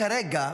אבל אתה כרגע,